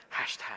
hashtag